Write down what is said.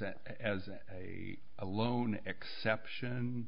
that as a alone exception